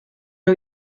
nhw